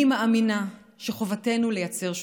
אני מאמינה שחובתנו לייצר שותפות.